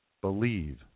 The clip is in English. believe